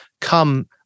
come